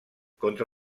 contra